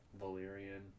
Valyrian